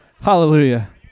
Hallelujah